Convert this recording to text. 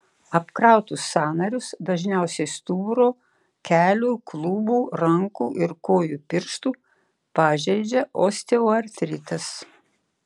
apkrautus sąnarius dažniausiai stuburo kelių klubų rankų ir kojų pirštų pažeidžia osteoartritas